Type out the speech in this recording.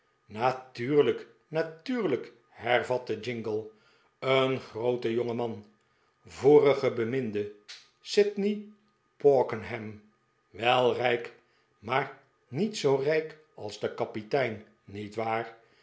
natuurlijk natuurlijk hervatte jingle een groote jonge man vorige beminde sidney porkenham wel rijk maar niet zoo rijk als de kapitein niet waar